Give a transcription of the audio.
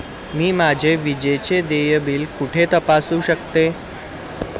मी माझे विजेचे देय बिल कुठे तपासू शकते?